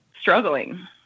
struggling